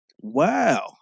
Wow